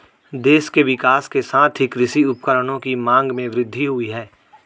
देश के विकास के साथ ही कृषि उपकरणों की मांग में वृद्धि हुयी है